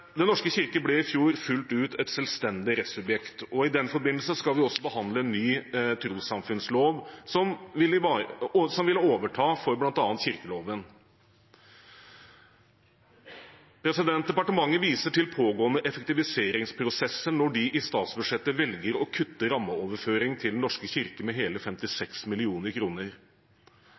Den norske kirke ble i fjor fullt ut et selvstendig rettssubjekt. I den forbindelse skal vi også behandle en ny trossamfunnslov som vil overta for bl.a. kirkeloven. Departementet viser til pågående effektiviseringsprosesser når det i statsbudsjettet velger å kutte i rammeoverføringen til Den norske kirke med hele 56